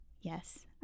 Yes